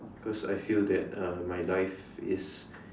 because I feel that uh my life is